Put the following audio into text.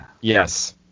Yes